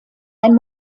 ein